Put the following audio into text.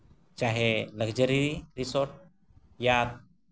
ᱪᱟᱦᱮᱸ luxury resort ᱤᱭᱟ